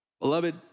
Beloved